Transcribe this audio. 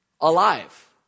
alive